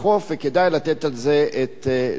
וכדאי לתת על זה את הדעת,